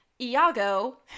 Iago